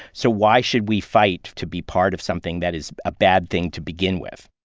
so why should we fight to be part of something that is a bad thing to begin with?